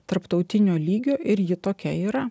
tarptautinio lygio ir ji tokia yra